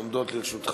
עומדות לרשותך,